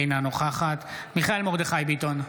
אינה נוכחת מיכאל מרדכי ביטון,